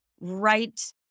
right